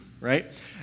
right